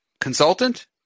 consultant